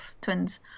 twins